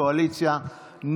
קואליציה,